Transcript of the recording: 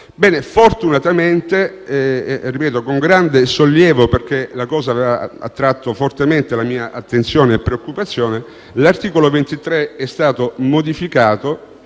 più. Fortunatamente e con grande sollievo - la cosa aveva attratto fortemente la mia attenzione e preoccupazione - l'articolo 23 è stato modificato